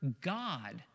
God